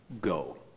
go